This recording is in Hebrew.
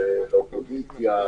מלכיאלי,